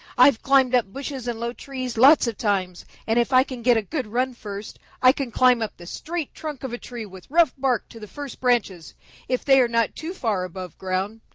i've climbed up bushes and low trees lots of times, and if i can get a good run first, i can climb up the straight trunk of a tree with rough bark to the first branches if they are not too far above ground.